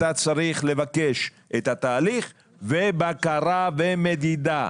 אתה צריך לבקש את התהליך ובקרה ומדידה,